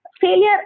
failure